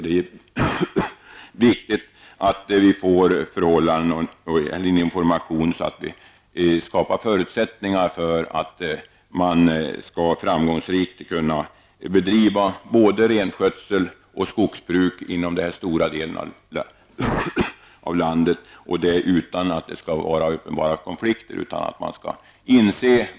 Det är viktigt att vi får information och sådana förhållanden att det skapas förutsättningar för att framgångsrikt bedriva både renskötsel och skogsbruk i denna stora del av landet, och detta utan uppenbara konflikter. Man måste inse varandras rättigheter och skyldigheter och försöka att anpassa sig efter detta. Herr talman!